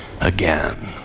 again